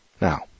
Now